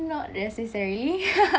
not necessarily